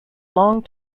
long